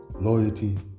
Loyalty